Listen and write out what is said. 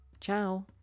Ciao